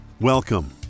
Welcome